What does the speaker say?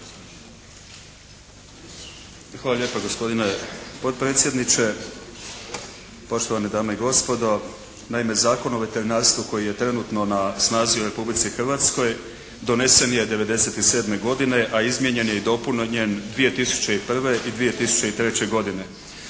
Hvala lijepa gospodine potpredsjedniče. Poštovane dame i gospodo. Naime Zakon o veterinarstvu koji je trenutno na snazi u Republici Hrvatskoj donesen je 1997. godine a izmijenjen je i dopunjen 2001. i 2003. godine.